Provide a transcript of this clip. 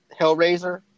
Hellraiser